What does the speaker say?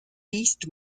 least